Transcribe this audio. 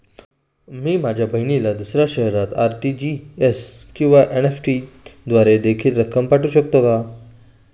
मी माझ्या बहिणीला दुसऱ्या शहरात आर.टी.जी.एस किंवा एन.इ.एफ.टी द्वारे देखील रक्कम पाठवू शकतो का?